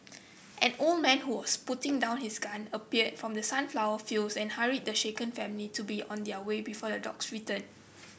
an old man who was putting down his gun appeared from the sunflower fields and hurried the shaken family to be on their way before the dogs return